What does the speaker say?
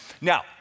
Now